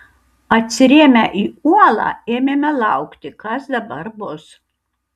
atsirėmę į uolą ėmėme laukti kas dabar bus